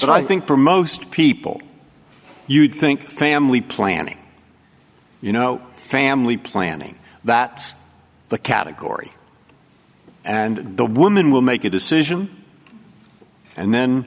what i think for most people you'd think family planning you know family planning that the category and the woman will make a decision and then